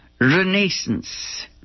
Renaissance